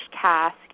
task